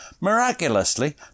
Miraculously